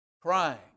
crying